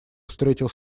встретил